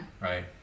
Right